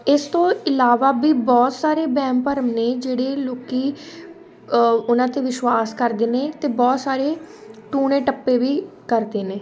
ਇਸ ਤੋਂ ਇਲਾਵਾ ਵੀ ਬਹੁਤ ਸਾਰੇ ਵਹਿਮ ਭਰਮ ਨੇ ਜਿਹੜੇ ਲੋਕ ਉਹਨਾਂ 'ਤੇ ਵਿਸ਼ਵਾਸ ਕਰਦੇ ਨੇ ਅਤੇ ਬਹੁਤ ਸਾਰੇ ਟੂਣੇ ਟੱਪੇ ਵੀ ਕਰਦੇ ਨੇ